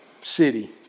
city